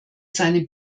seine